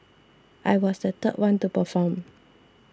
I was the third one to perform